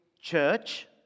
church